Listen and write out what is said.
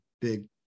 big